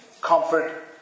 comfort